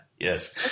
Yes